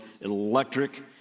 electric